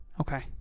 Okay